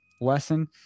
lesson